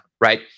right